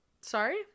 sorry